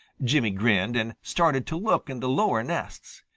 jimmy grinned and started to look in the lower nests.